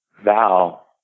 Val